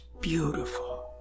beautiful